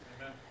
Amen